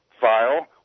file